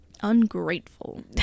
Ungrateful